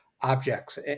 objects